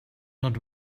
not